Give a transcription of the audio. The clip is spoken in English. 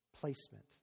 placement